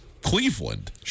Cleveland